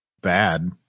bad